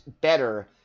better